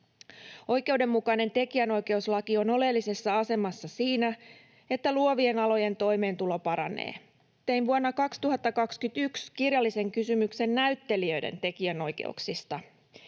Oikeudenmukainen tekijänoikeuslaki on oleellisessa asemassa siinä, että luovien alojen toimeentulo paranee. Tein vuonna 2021 kirjallisen kysymyksen näyttelijöiden tekijänoi-keuksista.